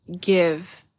give